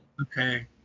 Okay